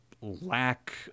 lack